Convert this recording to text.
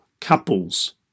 couple's